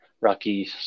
rocky